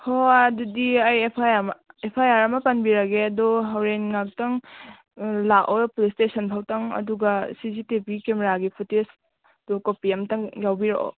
ꯍꯣ ꯑꯗꯨꯗꯤ ꯑꯩ ꯑꯦꯐ ꯑꯥꯏ ꯑꯥꯥꯔ ꯑꯃ ꯄꯥꯟꯕꯤꯔꯒꯦ ꯑꯗꯣ ꯍꯣꯔꯦꯟ ꯉꯥꯍꯥꯛꯇꯪ ꯂꯥꯛꯑꯣ ꯄꯨꯂꯤꯁ ꯁ꯭ꯇꯦꯁꯟ ꯐꯥꯎꯇꯪ ꯑꯗꯨꯒ ꯁꯤ ꯁꯤ ꯇꯤ ꯚꯤ ꯀꯦꯃꯦꯔꯥꯒꯤ ꯐꯨꯇꯦꯖ ꯑꯗꯨ ꯀꯣꯄꯤ ꯑꯃꯇꯪ ꯌꯥꯎꯕꯤꯔꯛꯑꯣ